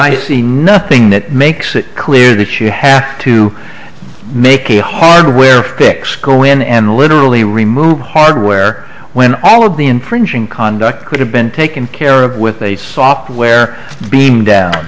i see nothing that makes it clear that you had to make a hardware fix go in and literally remove hardware when all of the imprinting conduct could have been taken care of with a software beam down